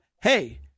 Hey